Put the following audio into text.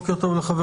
בוקר טוב לכולם.